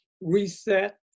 reset